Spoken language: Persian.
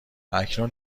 اکنون